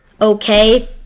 okay